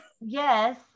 yes